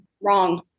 Wrong